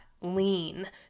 lean